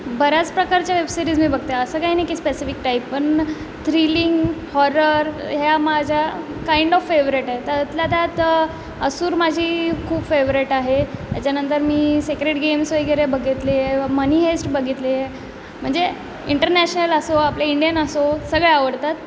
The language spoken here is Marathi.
बऱ्याच प्रकारच्या वेबसिरीज मी बघते असं काही नाही की स्पेसिफिक टाईप पण थ्रीलिंग हॉरर ह्या माझ्या काईंड ऑफ फेवरेट त्यातल्या त्यात असूर माझी खूप फेवरेट आहे त्याच्यानंतर मी सेक्रेट गेम्स वगैरे बघितली आहे मनी हेस्ट बघितली आहे म्हणजे इंटरनॅशनल असो आपले इंडियन असो सगळे आवडतात